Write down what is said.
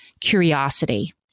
curiosity